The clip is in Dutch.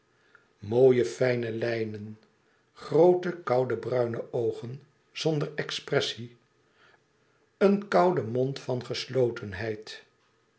mooie fijne lijnen groote koude bruine oogen zonder expressie een koude mond van